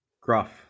Gruff